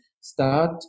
start